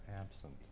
absent